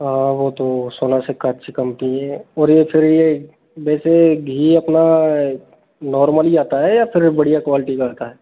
हाँ वो तो सोना सिक्का अच्छी कंपनी है और फिर ये वैसे घी अपना नॉर्मली आता है या फिर बढ़िया क्वालिटी का आता है